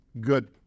good